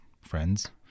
friends